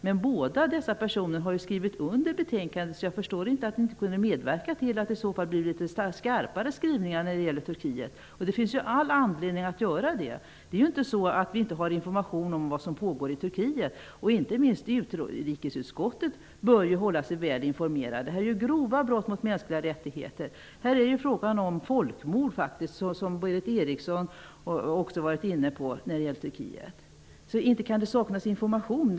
Men båda dessa personer har ju skrivit under betänkandet så jag förstår inte att ni inte kunde medverka till att det blev litet skarpare skrivningar när det gäller Turkiet. Det finns ju all anledning att göra det. Det är ju inte så att vi inte har information om vad som pågår i Turkiet. Inte minst utrikesutskottet bör ju hålla sig väl informerat. Det förekommer ju grova brott mot de mänskliga rättigheterna. När det gäller Turkiet är det faktiskt frågan om folkmord, vilket Berith Eriksson också har varit inne på. Inte kan det saknas information!